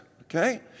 okay